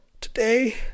today